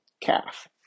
calf